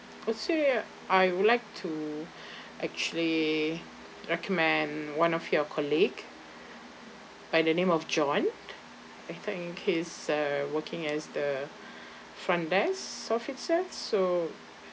actually I would like to actually recommend one of your colleague by the name of john I thought in he is uh working as the front desk officer so